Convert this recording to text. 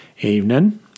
Evening